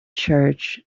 church